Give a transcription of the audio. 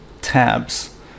tabs